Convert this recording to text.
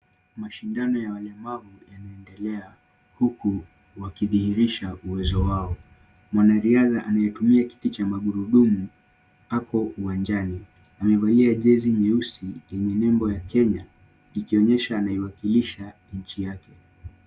Mashindano ya walemavu yanaendelea huku wakidhihirisha uwezo wao. Mwanariadha anayetumia kiti cha magurudumu ako uwanjani, amevalia jezi nyeusi yenye nembo ya Kenya ikionyesha anaiwakilisha nchi yake.